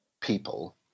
people